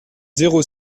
zéro